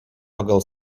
pagal